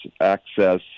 access